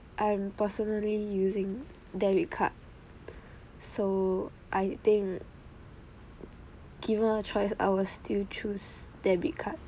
I'm personally using debit card so I think given a choice I will still choose debit card